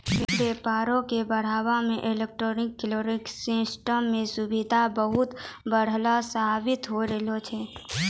व्यापारो के बढ़ाबै मे इलेक्ट्रॉनिक क्लियरिंग सिस्टम के सुविधा बहुते बढ़िया साबित होय रहलो छै